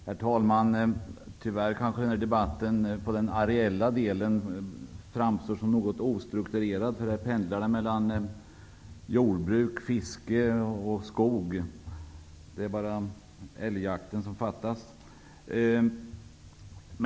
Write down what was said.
Herr talman! Den här debatten framstår tyvärr kanske som något ostrukturerad när det gäller den areella delen. Ämnena pendlar mellan jordbruk, fiske och skogsnäring. Det är bara älgjakten som fattas.